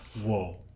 Whoa